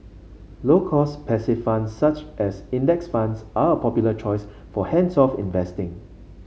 low cost passive funds such as index funds are a popular choice for hands off investing